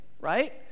right